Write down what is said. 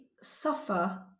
suffer